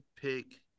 pick